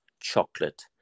chocolate